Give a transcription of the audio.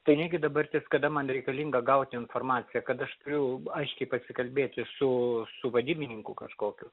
tai negi dabartis kada man reikalinga gauti informaciją kad aš turiu aiškiai pasikalbėti su su vadybininku kažkokiu